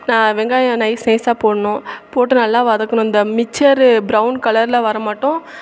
நான் வெங்காயம் நைஸ் நைஸாக போடணும் போட்டு நல்லா வதக்கணும் இந்த மிச்சரு பிரவுன் கலர்ல வரமாட்டோம்